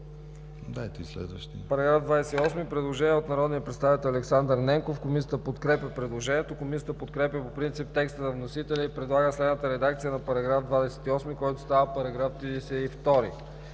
Дайте и следващия